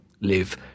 live